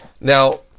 Now